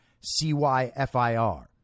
C-Y-F-I-R